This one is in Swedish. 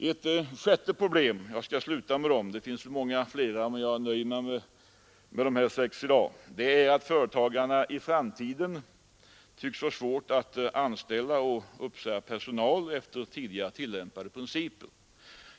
Ett problem är också att företagarna i framtiden tycks få svårt att anställa och uppsäga presonal efter tidigare tillämpade principer.